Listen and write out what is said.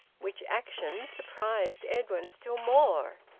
which action surprised edwin still more.